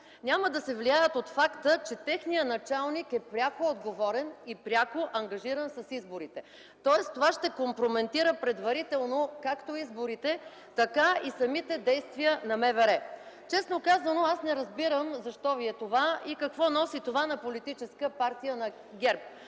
няма да се влияят от факта, че техният началник е пряко отговорен и пряко ангажиран с изборите. Тоест, това ще компрометира предварително както изборите, така и самите действия на МВР. Честно казано, аз не разбирам защо Ви е това и какво носи на Политическа партия ГЕРБ.